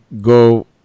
Go